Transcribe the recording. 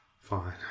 Fine